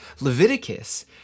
Leviticus